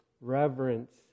reverence